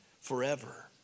forever